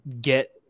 get